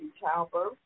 childbirth